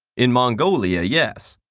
in mongolia, yes.